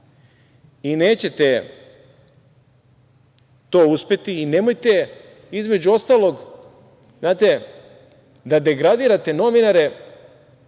način. Nećete to uspeti i nemojte, između ostalog, znate, da degradirate novinare,